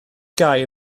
gau